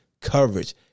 coverage